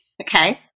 Okay